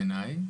בעיניי,